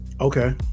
okay